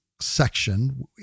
Section